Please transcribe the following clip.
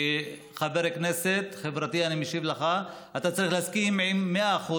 כחבר כנסת חברתי אני משיב לך: אתה צריך להסכים עם 100%,